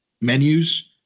menus